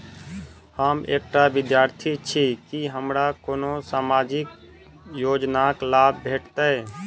हम एकटा विद्यार्थी छी, की हमरा कोनो सामाजिक योजनाक लाभ भेटतय?